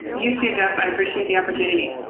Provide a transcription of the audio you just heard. you too, jeff. i appreciate the opportunity